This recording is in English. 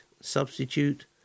Substitute